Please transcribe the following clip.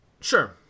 Sure